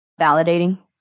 Validating